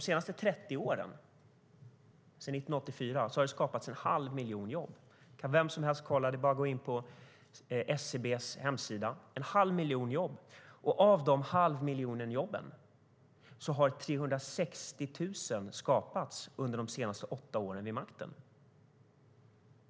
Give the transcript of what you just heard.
Det kan vem som helst kolla; det är bara att gå in på SCB:s hemsida - en halv miljon jobb.